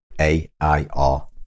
A-I-R